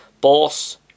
Boss